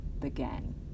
began